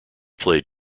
played